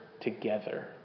together